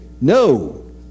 no